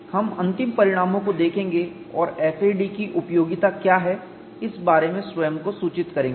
हम अंतिम परिणामों को देखेंगे और FAD की उपयोगिता क्या है इस बारे में अपने स्वयं को सूचित करेंगे